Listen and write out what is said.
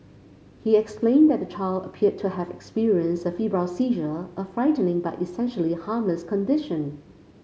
he explained that the child appeared to have experienced a febrile seizure a frightening but essentially harmless condition